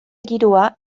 giroa